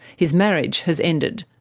his marriage has ended.